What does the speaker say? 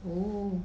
oh